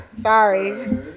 Sorry